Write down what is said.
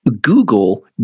google